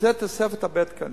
לתת תוספת של הרבה תקנים.